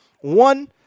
One